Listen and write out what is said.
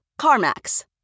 CarMax